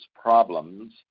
problems